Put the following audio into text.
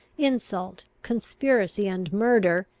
insult, conspiracy, and murder,